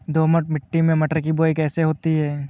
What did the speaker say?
दोमट मिट्टी में मटर की बुवाई कैसे होती है?